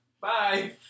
Bye